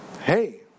Hey